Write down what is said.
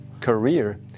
career